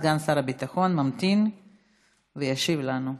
סגן שר הביטחון ממתין וישיב לנו להצעה.